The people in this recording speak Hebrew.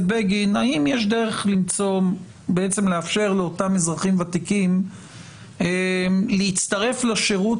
בגין האם יש דרך לאפשר לאותם אזרחים ותיקים להצטרף לשירות